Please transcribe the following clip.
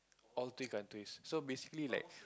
all three countries so basically like